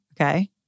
okay